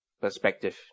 perspective